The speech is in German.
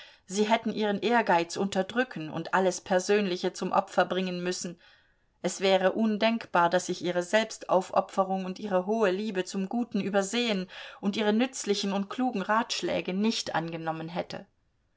sie hätten ihren ehrgeiz unterdrücken und alles persönliche zum opfer bringen müssen es wäre undenkbar daß ich ihre selbstaufopferung und ihre hohe liebe zum guten übersehen und ihre nützlichen und klugen ratschläge nicht angenommen hätte